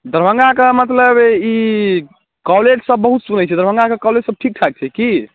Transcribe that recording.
दरभङ्गाके मतलब ई कॉलेजसब बहुत सुनै छिए दरभङ्गाके कॉलेजसब ठिकठाक छै कि